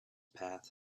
path